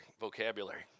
vocabulary